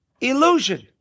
Illusion